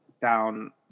down